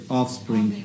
offspring